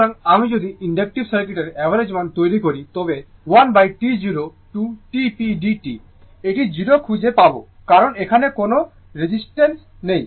সুতরাং আমি যদি ইনডাকটিভ সার্কিটের অ্যাভারেজ মান তৈরি করি তবে 1T 0 to T p dt এটি 0 খুঁজে পাবে কারণ এখানে কোনও রেজিস্টর নেই